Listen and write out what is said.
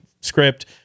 script